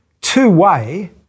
two-way